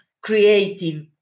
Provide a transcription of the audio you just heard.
creative